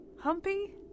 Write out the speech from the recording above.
humpy